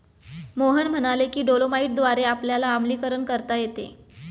मोहन म्हणाले की डोलोमाईटद्वारे आपल्याला आम्लीकरण करता येते